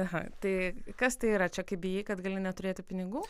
aha tai kas tai yra čia kai bijai kad gali neturėti pinigų